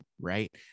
right